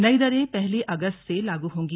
नई दरें पहली अगस्त से लागू होंगी